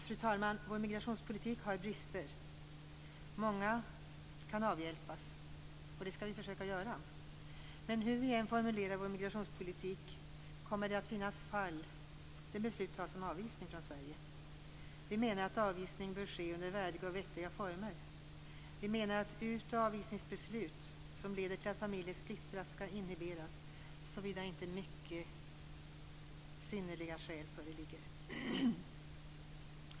Fru talman! Vår migrationspolitik har brister. Många kan avhjälps, och det skall vi fösöka göra. Men hur vi än formulerar vår migrationspolitik kommer det att finnas fall där beslut fattas om avvisning från Sverige. Vi menar att avvisning bör ske under värdiga och vettiga former. Vi menar att ut eller avvisningsbeslut som leder till att familjer splittras skall inhiberas, såvida inte mycket synnerliga skäl föreligger.